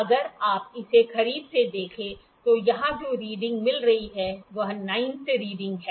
अगर आप इसे करीब से देखें तो यहां जो रीडिंग मिल रही है वह 9th रीडिंग है